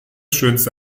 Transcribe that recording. schönste